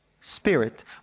spirit